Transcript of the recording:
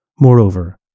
Moreover